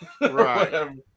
right